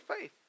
faith